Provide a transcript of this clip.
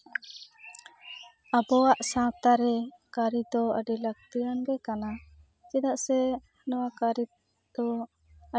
ᱟᱵᱚᱣᱟᱜ ᱥᱟᱶᱛᱟ ᱨᱮ ᱠᱟᱹᱨᱤ ᱫᱚ ᱟᱹᱰᱤ ᱞᱟᱹᱠᱛᱤᱭᱟᱱ ᱜᱮ ᱠᱟᱱᱟ ᱪᱮᱫᱟᱜ ᱥᱮ ᱱᱚᱣᱟ ᱠᱟᱹᱨᱤ ᱫᱚ ᱟᱹᱰᱤ ᱠᱤᱪᱷᱩ ᱨᱮ